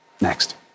Next